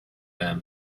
them